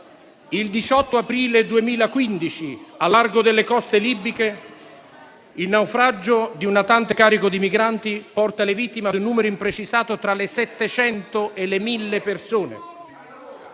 Il 18 aprile 2015, al largo delle coste libiche, il naufragio di un natante carico di migranti porta le vittime ad un numero imprecisato, tra le 700 e le 1.000 persone.